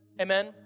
Amen